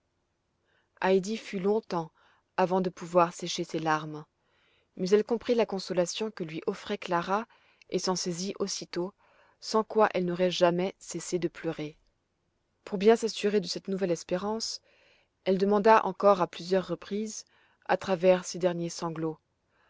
heidi fut longtemps avant de pouvoir sécher ses larmes mais elle comprit la consolation que lui offrait clara et s'en saisit aussitôt sans quoi elle n'aurait jamais cessé de pleurer pour bien s'assurer de cette nouvelle espérance elle demanda encore à plusieurs reprises à travers ses derniers sanglots